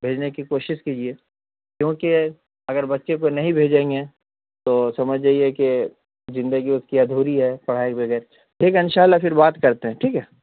بھیجنے کی کوشس کیجیے کیونکہ اگر بچے کو نہیں بھیجیں گے تو سمجھ جائیے کہ زندگی اس کی ادھوری ہے پڑھائی کے بغیر ٹھیک ہے ان شاء اللہ پھر بات کرتے ہیں ٹھیک ہے